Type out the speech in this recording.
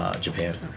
Japan